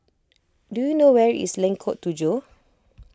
do you know where is Lengkok Tujoh